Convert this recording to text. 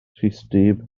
rhithdyb